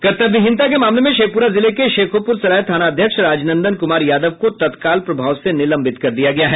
कर्तव्यहीनता के मामले में शेखपुरा जिले के शेखोपुरसराय थानाध्यक्ष राजनंदन कुमार यादव को तत्काल प्रभाव से निलंबित कर दिया गया है